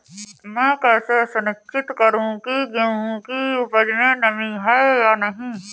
मैं कैसे सुनिश्चित करूँ की गेहूँ की उपज में नमी है या नहीं?